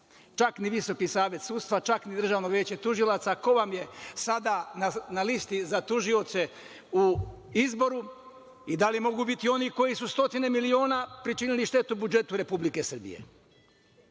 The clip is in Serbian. čak ni Visoki savet sudstva, čak ni Državno veće tužilaca. Ko vam je sada na listi za tužioce u izboru i da li mogu biti oni koji su stotine miliona pričinili štetu budžetu Republike Srbije?